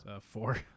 Four